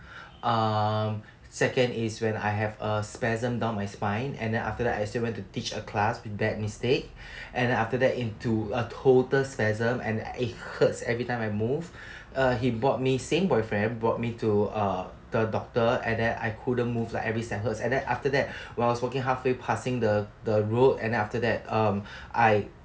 um second is when I have a spasm down my spine and then after that I still went to teach a class bad mistake and after that into a total spasm and it hurts every time I move uh he brought me same boyfriend brought me to uh the doctor and then I couldn't move like every side hurts and then after that while I was walking halfway passing the passing the the road and then after that uh I